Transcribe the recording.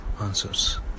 answers